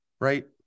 Right